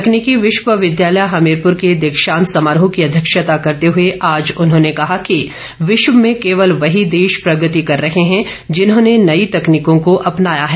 तकनीकी विश्विद्यालय हमीरपुर के दीक्षांत समारोह की अध्यक्षता करते हुए आज उन्होंने कहा कि विश्व में केवल वही देश प्रगति कर रहे हैं जिन्होंने नई तकनीकों को अपनाया है